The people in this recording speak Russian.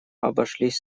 обошлись